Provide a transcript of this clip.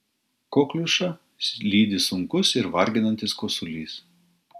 kokliušą lydi sunkus ir varginantis kosulys